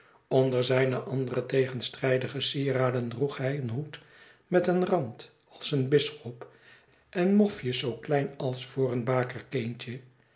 onder zijne andere tegenstrijdige sieraden droeg hij een hoed met een rand als een bisschop en mof j os zoo klein als voor een bakerkindje